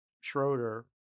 Schroeder